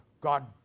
God